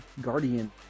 guardian